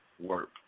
work